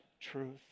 truth